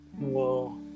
whoa